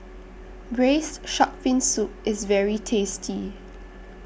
Braised Shark Fin Soup IS very tasty